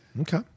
Okay